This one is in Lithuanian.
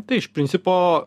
tai iš principo